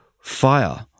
fire